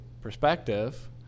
perspective